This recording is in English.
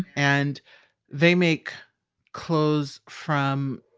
and they make clothes from,